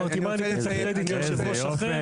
אמרתי, מה אני --- ליושב-ראש אחר?